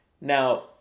Now